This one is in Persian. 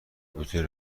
بتونی